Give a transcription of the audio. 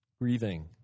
breathing